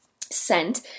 scent